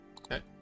Okay